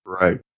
Right